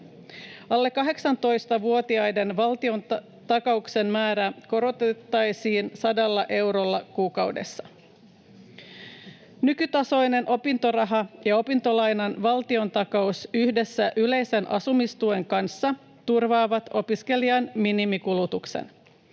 Alle 18-vuotiaiden valtiontakauksen määrää korotettaisiin 100 eurolla kuukaudessa. Nykytasoinen opintoraha ja opintolainan valtiontakaus yhdessä yleisen asumistuen kanssa turvaavat opiskelijan minimikulutuksen.